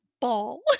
ball